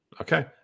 Okay